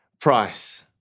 price